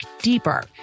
deeper